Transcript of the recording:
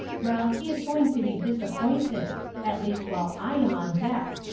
well, he is going to be disappointed at least while i am on deck.